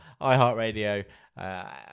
iHeartRadio